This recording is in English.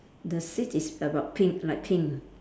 the seat is about pink light pink